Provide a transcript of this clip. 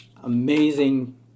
amazing